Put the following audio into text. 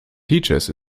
teachers